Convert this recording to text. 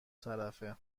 طرفه